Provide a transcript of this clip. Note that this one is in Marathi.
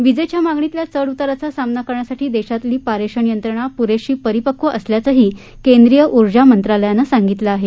वीजेच्या मागणीतल्या चढ उताराचा सामना करण्यासाठी देशातली पारेषण यंत्रणा पुरेशी परिपक्व असल्याचंही केंद्रीय ऊर्जा मंत्रालयानं सांगितलं आहे